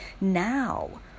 now